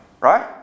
Right